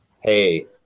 hey